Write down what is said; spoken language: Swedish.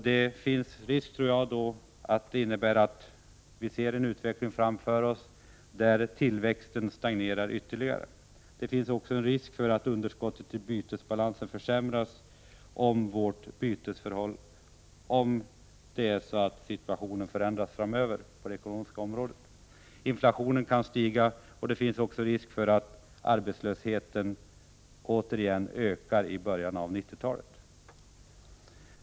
Det finns, tror jag, risk för att det innebär en utveckling där tillväxten stagnerar ytterligare. Det finns också risk för att underskottet i bytesbalansen försämras, om situationen på det ekonomiska området förändras framöver. Inflationen kan stiga, och det finns risk för att arbetslösheten återigen ökar i början av 90-talet.